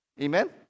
Amen